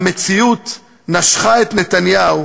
המציאות נשכה את נתניהו,